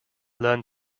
learn